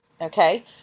okay